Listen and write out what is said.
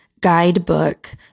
guidebook